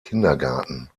kindergarten